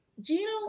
Gino